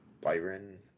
Byron